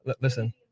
listen